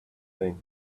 thing